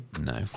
No